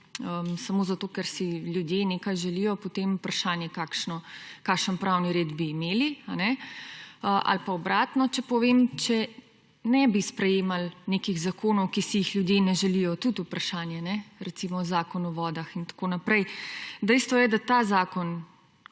samo zato, ker si ljudje nekaj želijo, potem vprašanje, kakšen pravni red bi imeli ali pa obratno, če povem, če ne bi sprejemali nekih zakonov, ki si jih ljudje ne želijo, tudi vprašanje, kajne, recimo Zakon o vodah in tako naprej. 79. TRAK (VI)